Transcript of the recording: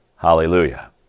Hallelujah